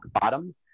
bottom